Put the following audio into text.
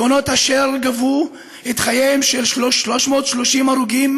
תאונות אשר גבו את חייהם של 330 הרוגים,